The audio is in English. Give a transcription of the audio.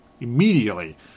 immediately